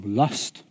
lust